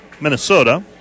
Minnesota